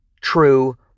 true